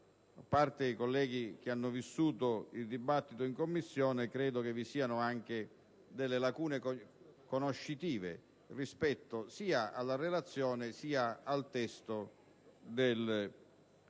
a parte i colleghi che hanno vissuto il dibattito in Commissione, ho avuto l'impressione che vi siano delle lacune conoscitive rispetto sia alla relazione sia al testo del decreto.